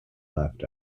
left